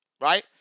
Right